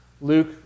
Luke